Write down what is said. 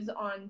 on